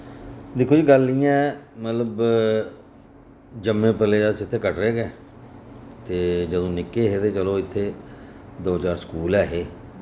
दिक्खो जी गल्ल इ'यां ऐ मतलब जम्मे पले अस इत्थै कटरै गै ते जदूं निक्के हे ते चलो इत्थै दो चार स्कूल है हे